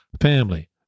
family